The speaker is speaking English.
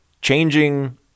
changing